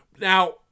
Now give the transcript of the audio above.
Now